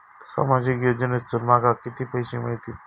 सामाजिक योजनेसून माका किती पैशे मिळतीत?